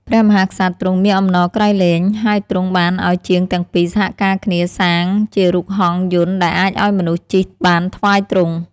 ព្រះមហាក្សត្រទ្រង់មានអំណរក្រៃលែង ហើយទ្រង់បានឱ្យជាងទាំងពីរសហការគ្នាសាងជារូបហង្សយន្តដែលអាចឱ្យមនុស្សជិះបានថ្វាយទ្រង់។